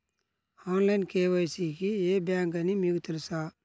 Online KYC కి ఏ bank అని మీకు తెలుసా?